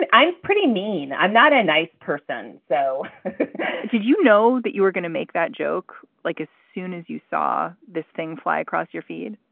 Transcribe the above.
but i'm pretty mean. i'm not a nice person so did you know that you were gonna make that joke, like as soon as you saw this thing fly across your feed?